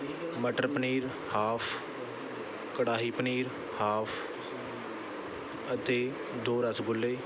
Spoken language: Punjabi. ਮਟਰ ਪਨੀਰ ਹਾਫ ਕੜਾਹੀ ਪਨੀਰ ਹਾਫ ਅਤੇ ਦੋ ਰਸਗੁੱਲੇ